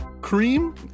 cream